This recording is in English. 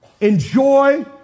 Enjoy